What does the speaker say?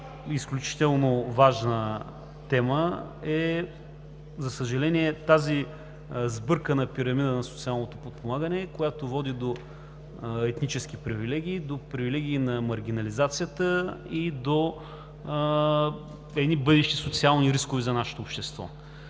изключително важна тема е тази сбъркана пирамида на социалното подпомагане, която води до етнически привилегии, до привилегии на маргинализацията и до едни бъдещи социални рискове за нашето общество.